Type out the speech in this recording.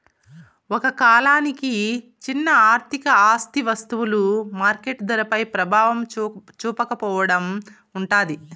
ఒక కాలానికి చిన్న ఆర్థిక ఆస్తి వస్తువులు మార్కెట్ ధరపై ప్రభావం చూపకపోవడం ఉంటాది